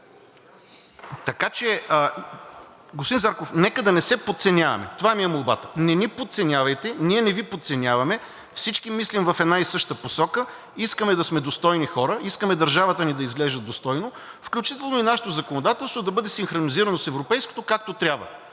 Така че, господин Зарков, нека да не се подценяваме! Това ми е молбата. Не ни подценявайте. Ние не Ви подценяваме. Всички мислим в една и съща посока. Искаме да сме достойни хора, искаме държавата ни да изглежда достойно, включително и нашето законодателство да бъде синхронизирано с европейското както трябва.